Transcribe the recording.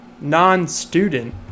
non-student